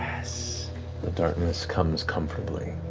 so the darkness comes comfortably.